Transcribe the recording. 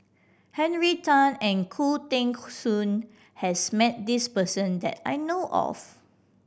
Henry Tan and Khoo Teng Soon has met this person that I know of